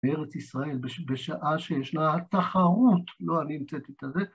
בארץ ישראל, בשעה שישנה תחרות, לא אני מצאתי את זה.